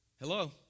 Hello